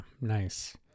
nice